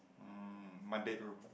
hmm my bedroom